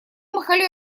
махали